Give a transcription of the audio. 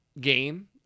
game